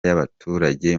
y’abaturage